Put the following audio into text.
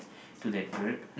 to that work